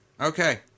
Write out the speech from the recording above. Okay